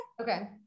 okay